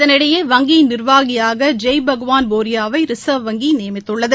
இதனிடையே வங்கியின் நிர்வாகியாக ஜெய் பகவான் போரியாவை ரிசர்வ் வங்கி நியமித்துள்ளது